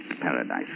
paradise